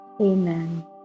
Amen